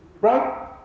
Right